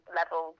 level